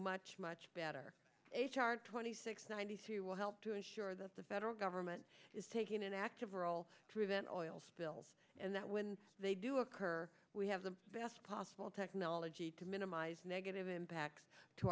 much much better h r twenty six ninety two will help to ensure that the federal government is taking an active role driven oil spills and that when they do occur we have the best possible technology to minimize negative impact to